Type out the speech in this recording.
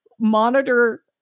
monitor